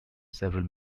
several